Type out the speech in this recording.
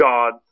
God